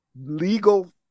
legal